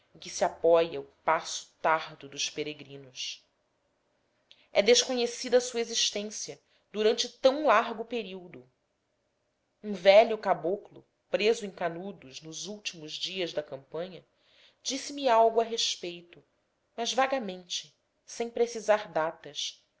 que se apóia o passo tardo dos peregrinos é desconhecida a sua existência durante tão largo período um velho caboclo preso em canudos nos últimos dias da campanha disse-me algo a respeito mas vagamente sem precisar datas